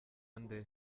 nde